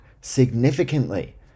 significantly